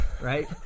Right